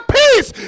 peace